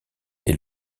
est